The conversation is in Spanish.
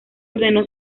ordenó